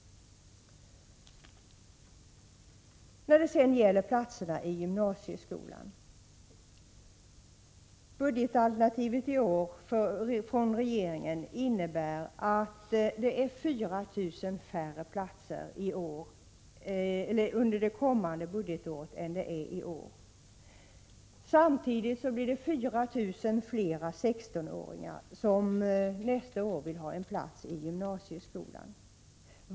När det sedan gäller platserna i gymnasieskolan så innebär regeringens budgetalternativ 4 000 färre platser under det kommande budgetåret än i år. Samtidigt blir det 4 000 fler 16-åringar som nästa år vill ha en plats i gymnasieskolan.